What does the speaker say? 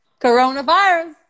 coronavirus